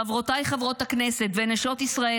חברותיי חברות הכנסת ונשות ישראל,